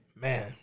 Man